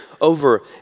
over